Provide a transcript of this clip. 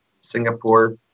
Singapore